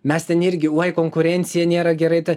mes ten irgi oi konkurencija nėra gerai tai